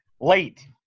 Late